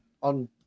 on